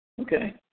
Okay